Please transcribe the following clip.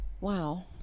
Wow